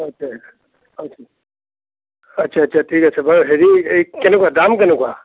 আচ্চা আচ্চা আচ্চা আচ্চা ঠিক আছে বাৰু হেৰি এই কেনেকুৱা দাম কেনেকুৱা